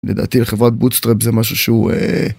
לדעתי לחברת בוטסטראפ זה משהו שהוא.